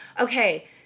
okay